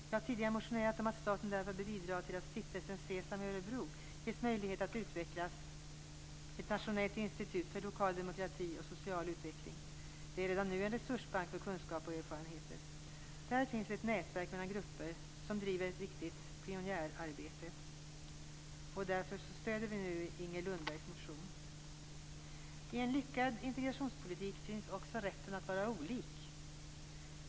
Jag har tidigare motionerat om att staten därför bör bidra till att Stiftelsen Cesam i Örebro ges möjlighet att utvecklas till ett nationellt institut för lokal demokrati och social utveckling. Det är redan nu ett resursbank för kunskap och erfarenheter. Där finns ett nätverk mellan grupper som driver ett viktigt pionjärarbete. Därför stöder vi nu Inger Lundbergs motion. I en lyckad integrationspolitik finns också rätten att vara olik.